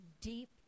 deep